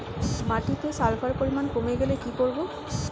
মাটিতে সালফার পরিমাণ কমে গেলে কি করব?